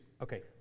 Okay